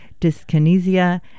dyskinesia